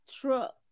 truck